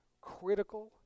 critical